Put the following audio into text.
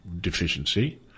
deficiency